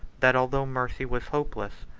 that although mercy was hopeless,